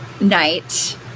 night